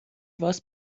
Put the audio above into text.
was